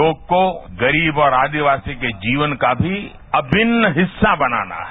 योग को गरीब और आदिवासी के जीवन का भी अभिन्न हिस्सा बनाना है